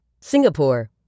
Singapore